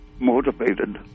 motivated